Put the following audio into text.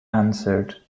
answered